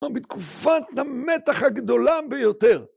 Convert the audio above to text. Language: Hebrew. בתקופת המתח הגדולה ביותר.